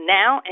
now